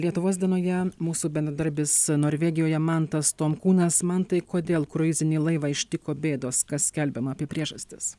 lietuvos dienoje mūsų bendradarbis norvegijoje mantas tomkūnas mantai kodėl kruizinį laivą ištiko bėdos kas skelbiama apie priežastis